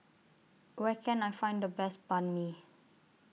Where Can I Find The Best Banh MI